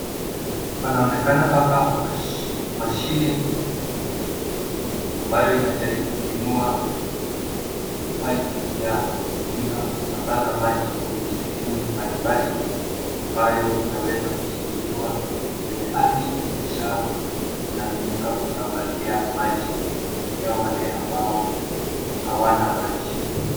Panaoneka hapa mashine ambayo inajaribu kuinua pipe ya kutumika kusambaza maji kwenye sehemu mbalimbali ambayo inaweza kuchimbiliwa kwenye ardhi kisha inatumika inatumika kusambazia maji kufikia wale ambao hawana maji.